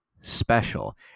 special